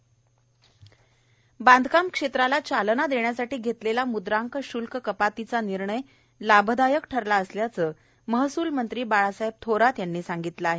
बाळासाहेब थोरात बांधकाम क्षेत्राला चालना देण्यासाठी घेतलेला मुद्रांक शुल्क कपातीचा निर्णय लाभदायक ठरला असल्याचं महसूलमंत्री बाळासाहेब थोरात यांनी सांगितलं आहे